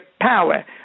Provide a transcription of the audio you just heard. power